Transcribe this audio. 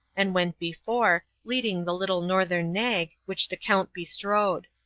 and went before, leading the little northern nag, which the count bestrode.